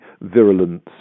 virulence